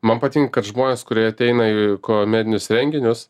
man patinka kad žmonės kurie ateina į komedinius renginius